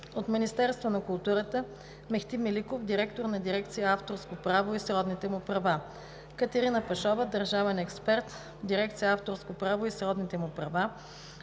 от Министерството на културата Мехти Меликов – директор на дирекция „Авторско право и сродните му права“; Катерина Пашова – държавен експерт в дирекция „Авторско право и сродните му права“;